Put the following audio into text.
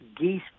geese